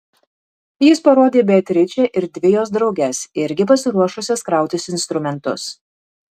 jis parodė į beatričę ir dvi jos drauges irgi pasiruošusias krautis instrumentus